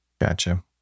gotcha